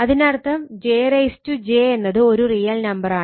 അതിനർത്ഥം j j എന്നത് ഒരു റിയൽ നമ്പർ ആണ്